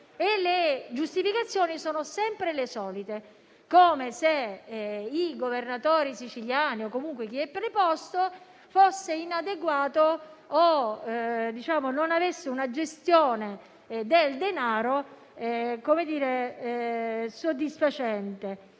le giustificazioni sono sempre le solite, come se i governatori siciliani, o comunque chi è preposto, fossero inadeguati o non avessero una gestione del denaro soddisfacente